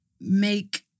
make